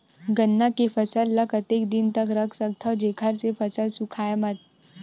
गन्ना के फसल ल कतेक दिन तक रख सकथव जेखर से फसल सूखाय मत?